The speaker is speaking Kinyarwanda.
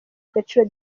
agaciro